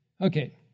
Okay